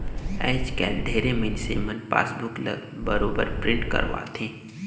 आयज कायल ढेरे मइनसे मन पासबुक ल बरोबर पिंट करवाथे